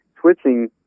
switching